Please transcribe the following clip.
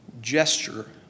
gesture